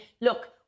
look